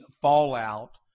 fallout